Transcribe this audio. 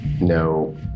no